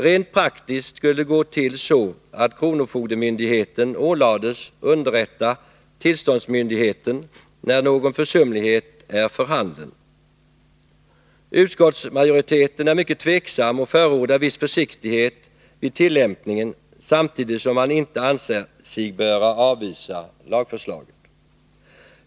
Rent praktiskt skulle det gå till så att kronofogdemyndigheten ålades att underrätta tillståndsmyndigheten när någon försumlighet är för handen. Utskottsmajoriteten är mycket tveksam och förordar viss försiktighet vid tillämpningen, samtidigt som man inte anser sig böra avvisa lagförslaget.